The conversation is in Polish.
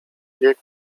wiek